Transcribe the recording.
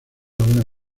una